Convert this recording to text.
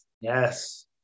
Yes